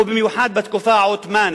ובמיוחד בתקופה העות'מאנית,